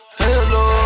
hello